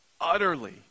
utterly